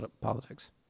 politics